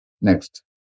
Next